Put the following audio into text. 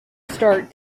start